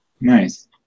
Nice